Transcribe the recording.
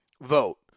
vote